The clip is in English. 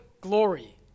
glory